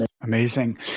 Amazing